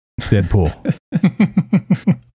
Deadpool